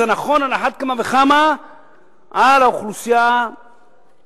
זה נכון על אחת כמה וכמה לגבי האוכלוסייה החרדית,